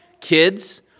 Kids